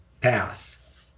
path